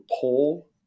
pull